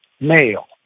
male